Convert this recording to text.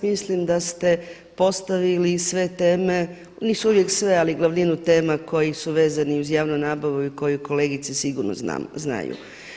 Mislim da ste postavili sve teme, nisu uvijek sve, ali glavninu tema koje su vezane uz javnu nabavu i koje kolegice sigurno znaju.